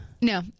No